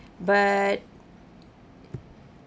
but